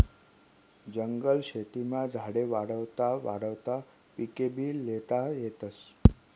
जंगल शेतीमा झाडे वाढावता वाढावता पिकेभी ल्हेता येतस